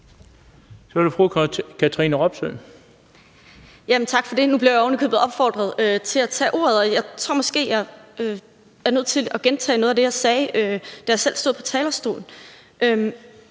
Tak for det. Nu blev jeg ovenikøbet opfordret til at tage ordet, og jeg tror måske, jeg er nødt til at gentage noget af det, jeg sagde, da jeg selv stod på talerstolen.